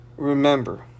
Remember